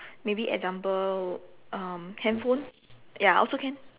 maybe example um handphone ya also can